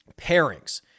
pairings